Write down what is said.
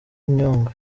nyungwe